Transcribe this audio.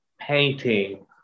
painting